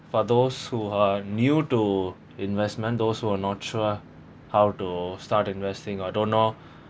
for those who are new to investment those who are not sure how to start investing or don't know